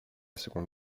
seconde